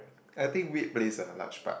I think weird plays a large part